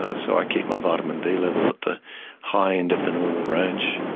ah so i keep my vitamin d level at the high end of the normal range.